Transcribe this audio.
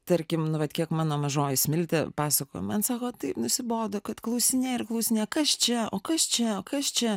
tarkim nu vat kiek mano mažoji smiltė pasakojo man sako taip nusibodo kad klausinėja ir klausinėja kas čia o kas čiao kas čia